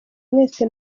mwese